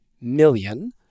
million